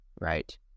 right